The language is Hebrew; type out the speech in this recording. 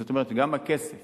זאת אומרת, גם הכסף